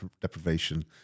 deprivation